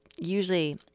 usually